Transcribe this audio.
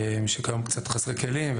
שכיום קצת חסרי כלים.